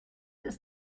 ist